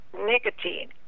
nicotine